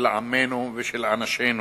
של עמנו ושל אנשינו,